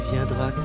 Viendra